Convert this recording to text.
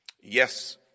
Yes